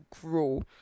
grow